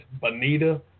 Bonita